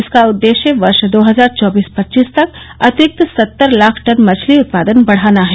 इसका उद्देश्य वर्ष दो हजार चौबीस पच्चीस तक अतिरिक्त सत्तर लाख टन मछली उत्पादन बढाना है